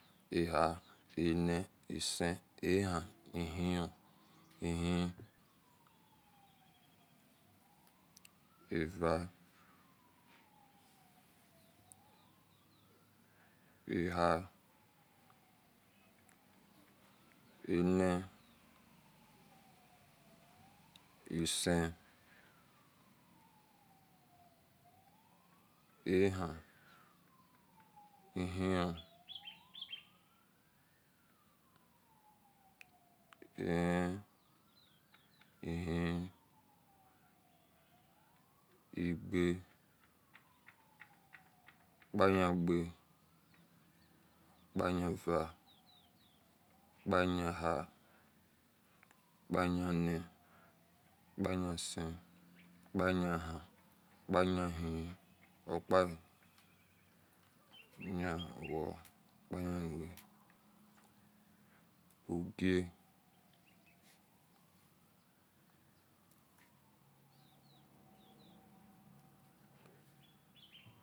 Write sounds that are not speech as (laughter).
Eha, ene isen, ehan ihino ihin era eha ene isen ehan ihen nor, (hesitation) elen-len, (noise) ihino (hesitation) igbe okpa-yan-igbe pamyan eva pa-yan eha, pa-yan isen pa yan ehen, pa yan ihe nor, pa yam yam-win, pa-yam owoo opa yam ugie (hesitation)